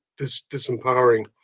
disempowering